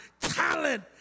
talent